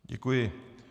Děkuji.